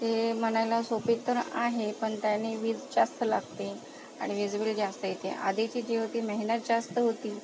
ती म्हणायला सोपी तर आहे पण त्याने वीज जास्त लागते आणि वीज बिल जास्त येते आधीची जी होती मेहनत जास्त होती